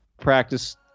practice